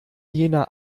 jener